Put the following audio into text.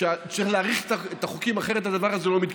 צריך להאריך את החוקים, אחרת הדבר הזה לא מתקדם.